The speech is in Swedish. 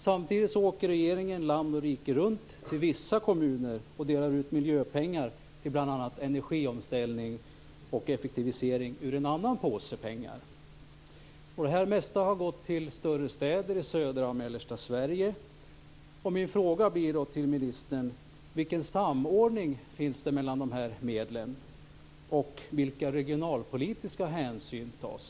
Samtidigt åker regeringen land och rike runt till vissa kommuner och delar ut miljöpengar till bl.a. energiomställning och effektivisering ur en annan påse pengar. Det mesta har gått till större städer i södra och mellersta Sverige. Min fråga till ministern blir då: Vilken samordning finns det mellan de här medlen, och vilka regionalpolitiska hänsyn tas?